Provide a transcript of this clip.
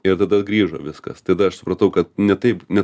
ir tada grįžo viskas tada aš supratau kad ne taip ne